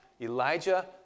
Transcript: Elijah